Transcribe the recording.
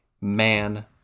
man